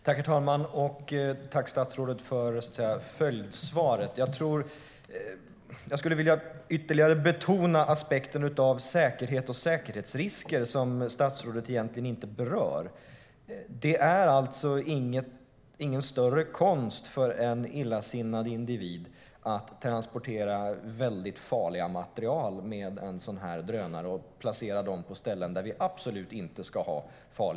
Herr talman! Tack, statsrådet, för följdsvaret! Jag skulle ytterligare vilja betona aspekten med säkerhet och säkerhetsrisker, som statsrådet egentligen inte berör. Det är ingen större konst för en illasinnad individ att transportera väldigt farliga material med drönare och placera dem på ställen där vi absolut inte vill ha dem.